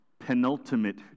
Penultimate